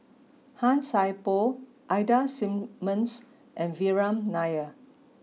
Han Sai Por Ida Simmons and Vikram Nair